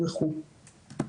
בגובה וכדומה.